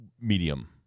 medium